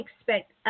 expect